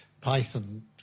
python